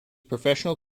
professional